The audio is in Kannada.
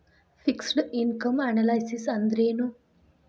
ಫಿಕ್ಸ್ಡ್ ಇನಕಮ್ ಅನಲೈಸಿಸ್ ಅಂದ್ರೆನು?